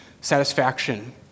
satisfaction